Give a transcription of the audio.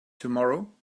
tomorrow